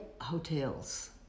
hotels